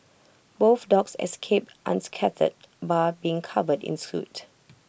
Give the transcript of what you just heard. both dogs escaped unscathed bar being covered in soot